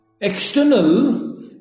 external